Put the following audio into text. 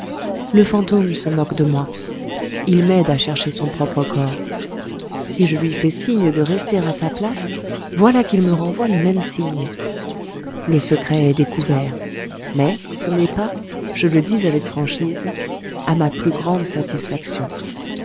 le fantôme se moque de moi il m'aide à chercher son propre corps si je lui fais signe de rester à sa place voilà qu'il me renvoie le même signe le secret est découvert mais ce n'est pas je le dis avec franchise à ma plus grande satisfaction